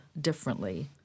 differently